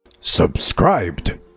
Subscribed